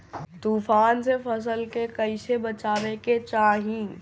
तुफान से फसल के कइसे बचावे के चाहीं?